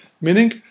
Meaning